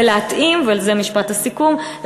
וזה משפט הסיכום,